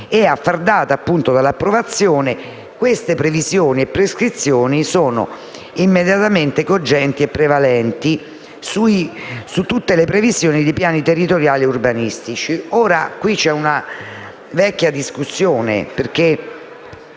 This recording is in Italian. e, a far data dall’approvazione, tali previsioni e prescrizioni sono immediatamente cogenti e prevalenti su tutte le previsioni di piani territoriali urbanistici. Al riguardo vi è una vecchia discussione, perché